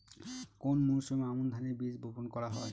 কোন মরশুমে আমন ধানের বীজ বপন করা হয়?